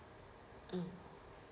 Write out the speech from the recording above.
mm